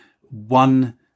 one